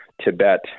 Tibet